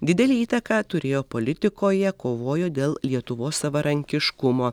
didelę įtaką turėjo politikoje kovojo dėl lietuvos savarankiškumo